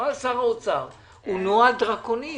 נוהל שר האוצר הוא נוהל דרקוני.